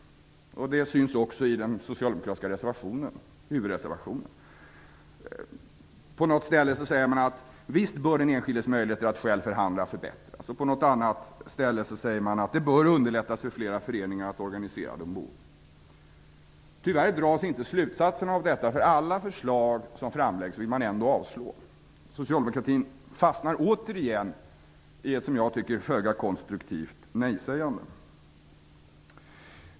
Det syns också i den socialdemokratiska huvudreservationen. På något ställe säger man: Visst bör den enskildes möjligheter att själv förhandla förbättras. På något annat ställe säger man: Det bör underlättas för flera föreningar att organisera de boende. Tyvärr dras inte slutsatsen av detta. Alla förslag som framläggs vill socialdemokraterna ändå avslå. Socialdemokraterna fastnar återigen i ett som jag tycker föga konstruktivt nejsägande.